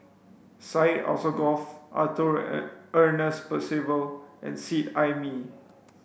Syed Alsagoff Arthur Ernest Percival and Seet Ai Mee